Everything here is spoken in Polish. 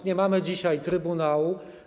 Nie mamy dzisiaj trybunału.